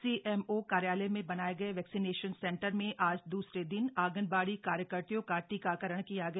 CMO कार्यालय में बनाये गए वैक्सीनेशन सेंटर में आज दूसरे दिन आंगनबाड़ी कार्यकत्रियों का टीकाकरण किया गया